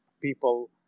people